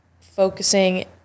focusing